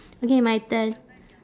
okay my turn